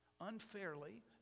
unfairly